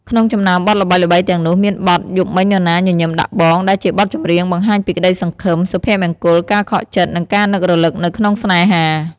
ក្នុងចំណោមបទល្បីៗទាំងនោះ មានបទ យប់មិញនរណាញញឹមដាក់បង ដែលជាបទចម្រៀងបង្ហាញពីក្តីសង្ឃឹម សុភមង្គល ការខកចិត្ត និងការនឹករលឹកនៅក្នុងស្នេហា។